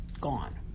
gone